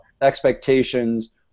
expectations